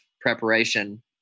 preparation